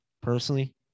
personally